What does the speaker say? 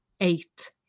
eight